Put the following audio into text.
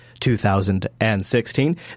2016